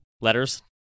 letters